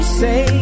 say